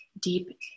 deep